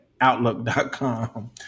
outlook.com